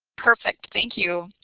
perfect, thank you.